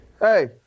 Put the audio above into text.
Hey